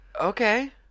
Okay